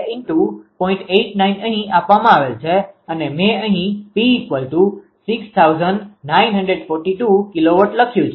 89 અહી આપવામાં આવેલ છે અને મે અહી P6942 કિલોવોટ લખ્યું છે